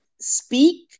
speak